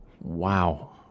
wow